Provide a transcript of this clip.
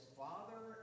father